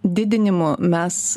didinimu mes